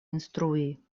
instrui